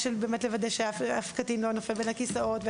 לוודא שאף קטין לא נופל בין הכיסאות.